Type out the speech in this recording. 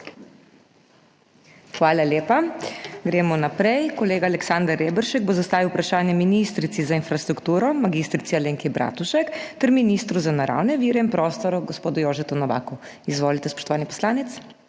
Hvala lepa. Gremo naprej. Kolega Aleksander Reberšek bo zastavil vprašanje ministrici za infrastrukturo mag. Alenki Bratušek ter ministru za naravne vire in prostor, gospodu Jožetu Novaku. Izvolite, spoštovani poslanec.